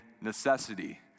necessity